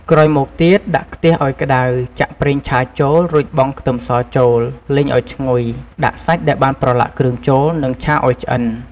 ក្រោយមកទៀត ដាក់ខ្ទះឱ្យក្ដៅ ចាក់ប្រងឆាចូល រួចបង់ខ្ទឹមសចូល លីងឱ្យឈ្ងុយ ដាក់សាច់ដែលបានប្រឡាក់គ្រឿងចូល និងឆាឱ្យឆ្អិន។